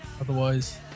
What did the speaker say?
Otherwise